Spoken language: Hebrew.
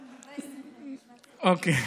20 שניות, אוקיי.